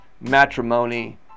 matrimony